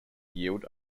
yield